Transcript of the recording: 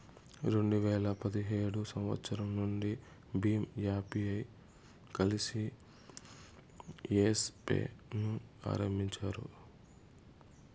రెండు వేల పదిహేడు సంవచ్చరం నుండి భీమ్ యూపీఐతో కలిసి యెస్ పే ను ఆరంభించారు